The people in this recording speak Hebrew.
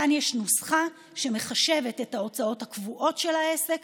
כאן יש נוסחה שמחשבת את ההוצאות הקבועות של העסק,